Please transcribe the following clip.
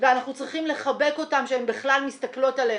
ואנחנו צריכים לחבק אותן שהן בכלל מסתכלות עלינו.